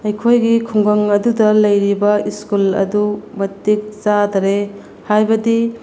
ꯑꯩꯈꯣꯏꯒꯤ ꯈꯨꯡꯒꯪ ꯑꯗꯨꯗ ꯂꯩꯔꯤꯕ ꯁ꯭ꯀꯨꯜ ꯑꯗꯨ ꯃꯇꯤꯛ ꯆꯥꯗꯔꯦ ꯍꯥꯏꯕꯗꯤ